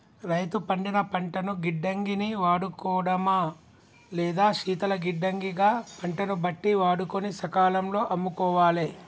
రైతు పండిన పంటను గిడ్డంగి ని వాడుకోడమా లేదా శీతల గిడ్డంగి గ పంటను బట్టి వాడుకొని సకాలం లో అమ్ముకోవాలె